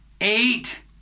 eight